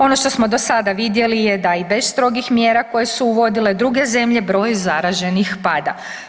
Ono što smo do sada vidjeli je da i bez strogih mjera koje su uvodile druge zemlje broj zaraženih pada.